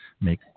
make